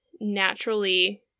naturally